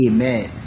Amen